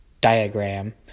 diagram